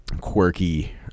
quirky